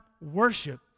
worship